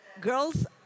girls